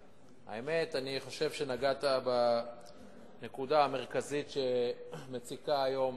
האמת, אני חושב שנגעת בנקודה המרכזית שמציקה היום